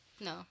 No